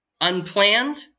unplanned